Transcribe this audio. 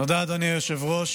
תודה, אדוני היושב-ראש.